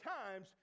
times